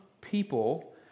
people